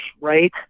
Right